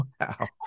Wow